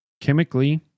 Chemically